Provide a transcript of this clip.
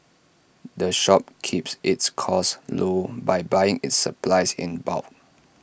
the shop keeps its costs low by buying its supplies in bulk